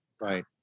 Right